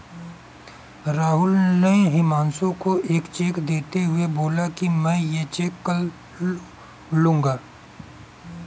राहुल ने हुमांशु को एक चेक देते हुए बोला कि मैं ये चेक कल लूँगा